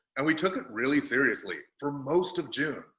and we took it really seriously. for most of june.